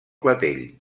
clatell